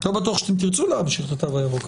לא בטוח שאתם תרצו להמשיך את התו הירוק,